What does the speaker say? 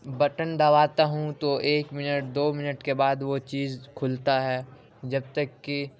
button دباتا ہوں تو ایک منٹ دو منٹ کے بعد وہ چیز کھلتا ہے جب تک کہ